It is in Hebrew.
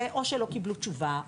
ואו שלא קיבלו תשובה,